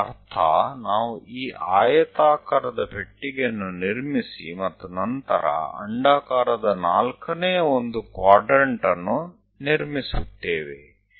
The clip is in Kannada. ಇದರ ಅರ್ಥ ನಾವು ಈ ಆಯತಾಕಾರದ ಪೆಟ್ಟಿಗೆಯನ್ನು ನಿರ್ಮಿಸಿ ಮತ್ತು ನಂತರ ಅಂಡಾಕಾರದ ನಾಲ್ಕನೇ ಒಂದು ಕ್ವಾಡ್ರೆಂಟ್ ಅನ್ನು ನಿರ್ಮಿಸುತ್ತೇವೆ